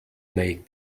make